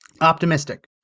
optimistic